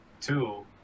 Two